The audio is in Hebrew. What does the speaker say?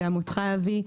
גם אותך אבי,